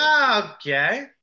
Okay